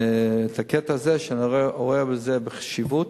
את הקטע הזה, כי אני רואה בזה בחשיבות.